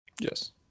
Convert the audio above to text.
Yes